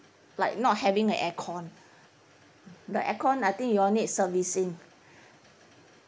like not having a aircon the aircon I think you all need servicing